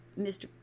Mr